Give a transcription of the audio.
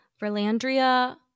Verlandria